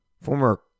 former